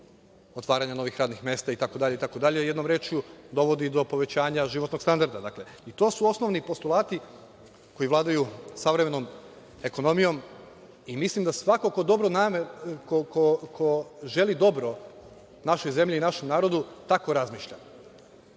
otvaranja novih radnih mesta itd. itd, jednom rečju dovodi do povećanja životnog standarda. To su osnovni postulati koji vladaju savremenom ekonomijom i mislim da svako ko želi dobro našoj zemlji i našem narodu tako razmišlja. Mislim